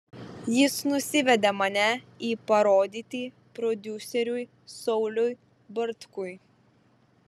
jis nusivedė mane į parodyti prodiuseriui sauliui bartkui